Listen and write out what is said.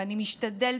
ואני משתדל,